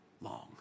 long